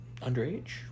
underage